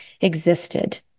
existed